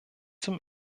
zum